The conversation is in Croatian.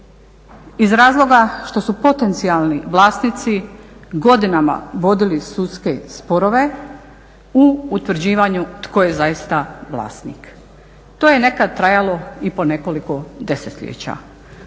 iz razloga što su potencijalni vlasnici godinama vodili sudske sporove u utvrđivanju tko je zaista vlasnik. To je nekad trajalo i po nekoliko desetljeća.